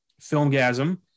filmgasm